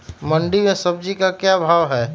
मंडी में सब्जी का क्या भाव हैँ?